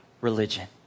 religion